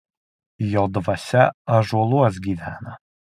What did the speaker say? jo dvasia ąžuoluos gyvena